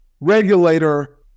regulator